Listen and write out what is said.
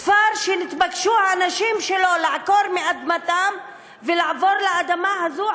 כפר שנתבקשו האנשים שלו לעקור מאדמתם ולעבור לאדמה הזאת,